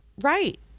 right